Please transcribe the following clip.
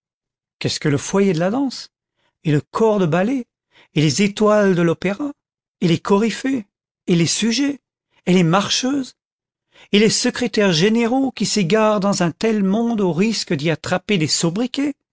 qu'est-ce que le foyer de la danse et le corps de ballet et les étoiles de l'opéra et les coryphées et les sujets et les marcheuses et les secrétaires généraux qui s'égarent dans un tel monde au risque d'y attraper des sobriquets